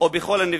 ובכל הנביאים.